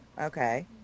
Okay